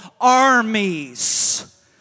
armies